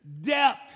depth